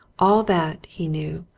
all that, he knew,